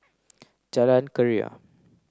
Jalan Keria